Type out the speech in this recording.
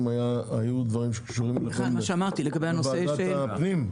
היו דברים שקשורים לוועדת הפנים?